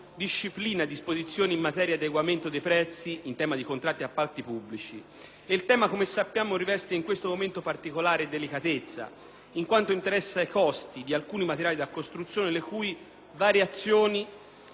Il tema, come sappiamo, riveste in questo momento particolare delicatezza in quanto interessa i costi di alcuni materiali da costruzione, le cui variazioni hanno inciso in modo considerevole nei rapporti contrattuali tra stazioni appaltanti ed imprese esecutrici